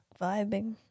vibing